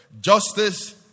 Justice